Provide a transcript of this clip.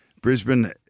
Brisbane